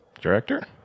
Director